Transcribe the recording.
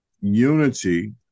unity